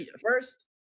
first